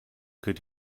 could